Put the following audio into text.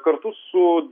kartu su